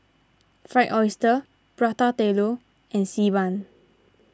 Fried Oyster Prata Telur and Xi Ban